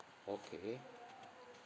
okay